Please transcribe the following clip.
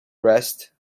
rest